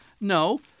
No